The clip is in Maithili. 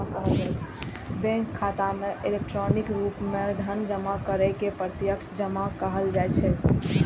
बैंक खाता मे इलेक्ट्रॉनिक रूप मे धन जमा करै के प्रत्यक्ष जमा कहल जाइ छै